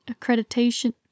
accreditation